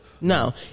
No